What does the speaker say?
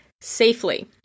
safely